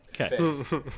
Okay